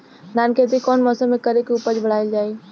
धान के खेती कौन मौसम में करे से उपज बढ़ाईल जाई?